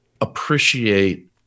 appreciate